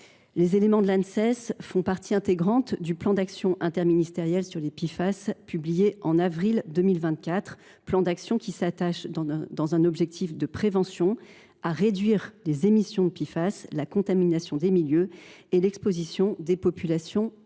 Les éléments de l’Anses font partie intégrante du plan d’action interministériel sur les PFAS publié en avril 2024. Ce plan s’attache, dans un objectif de prévention, à réduire les émissions de PFAS, la contamination des milieux, ainsi que l’exposition des populations et des